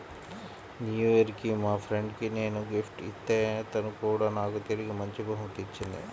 new year కి మా friend కి నేను గిఫ్ట్ ఇత్తే తను కూడా నాకు తిరిగి మంచి బహుమతి ఇచ్చింది